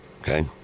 okay